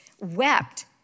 wept